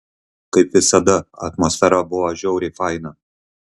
kaip visada atmosfera buvo žiauriai faina